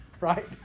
right